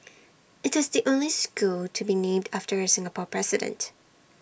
IT is the only school to be named after A Singapore president